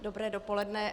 Dobré dopoledne.